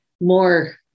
more